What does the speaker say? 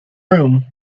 room